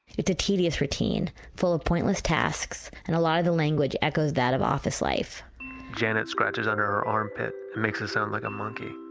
it's a tedious routine, full of pointless tasks and a lot of the language echoes that of office life janet scratches under her armpit, it makes a sound like a monkey.